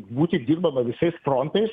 būti dirbama visais frontais